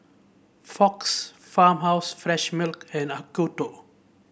Fox Farmhouse Fresh Milk and Acuto